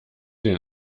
den